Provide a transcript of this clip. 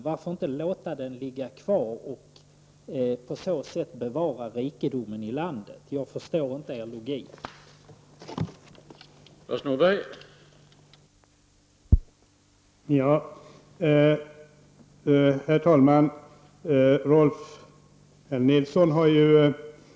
Varför inte låta den ligga kvar och på så sätt bevara rikedomen i landet? Jag förstår inte logiken i det hela.